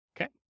okay